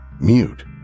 Mute